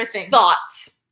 thoughts